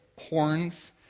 horns